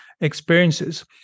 experiences